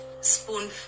spoon